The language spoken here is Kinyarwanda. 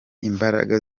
imbaraga